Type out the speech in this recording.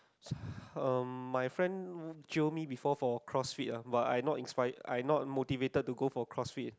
um my friend jio me before for CrossFit ah but I not inspire I not motivated to go for CrossFit